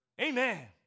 Amen